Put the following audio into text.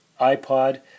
iPod